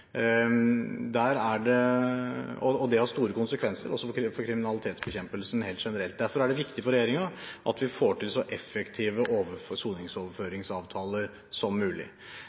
har store konsekvenser også for kriminalitetsbekjempelsen generelt, og derfor er det viktig for regjeringen at vi får til så effektive soningsoverføringsavtaler som mulig.